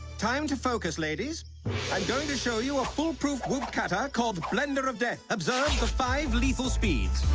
time to focus ladies. i'm going to show you a foolproof wood cutter called blender of death observe the five lethal speed